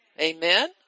Amen